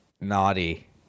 naughty